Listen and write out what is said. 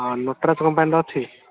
ହଁ ନଟରାଜ୍ କମ୍ପାନୀର ଅଛି